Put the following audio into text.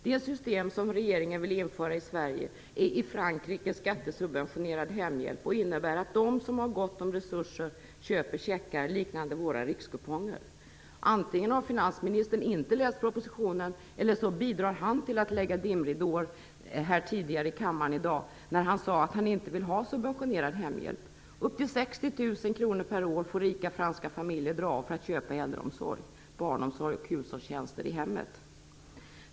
Det system som regeringen vill införa i Sverige är i Frankrike skattesubventionerad hemhjälp och innebär att de som har gott om resurser köper checkar liknande våra rikskuponger. Antingen har finansministern inte läst propositionen eller också bidrog han till att lägga ut dimridåer när han tidigare i dag i kammaren sade att han inte vill ha subventionerad hemhjälp. Upp till 60 000 kr per år får rika franska familjer dra av för att köpa äldreomsorg, barnomsorg och hushållstjänster i hemmet.